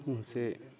ମୁଁ ସେ